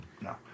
No